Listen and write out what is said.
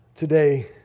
Today